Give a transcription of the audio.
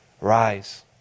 Rise